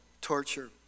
torture